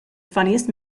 funniest